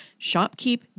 ShopKeep